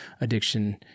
addiction